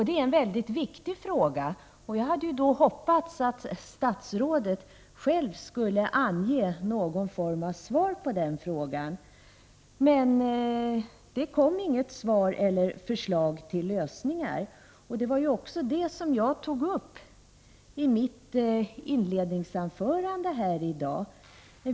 Det är en viktig fråga, och jag hade hoppats att statsrådet själv skulle ange någon form av svar på den, men det kom inget svar eller förslag till lösningar. Också jag tog upp den här frågan i mitt inledningsanförande i dag.